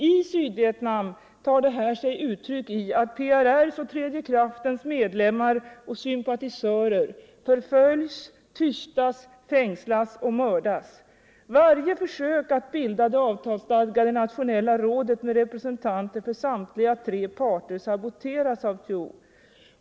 I Sydvietnam tar detta sig uttryck i att PRR:s och tredje kraftens medlemmar och sympatisörer förföljs, tystas, fängslas och mördas. Varje försök att bilda det avtalsstadgade nationella rådet med representanter för samtliga tre parter saboteras av Thieu.